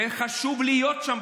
וחשוב להיות שם,